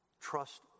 Trust